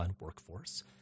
workforce